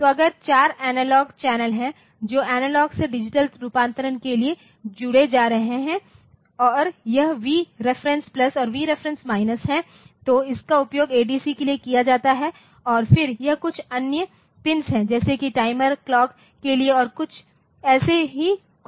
तो अगर 4 analog channel हैं जो एनालॉग से डिजिटल रूपांतरण के लिए जुड़े जा सकते हैं और यह VREF plus V REF minus है तो इसका उपयोग ADC के लिए किया जाता है और फिर यह कुछ अन्य पिन्स हैं जैसे कि टाइमर क्लॉक के लिए और मुझे ऐसा ही कुछ लगता है